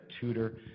tutor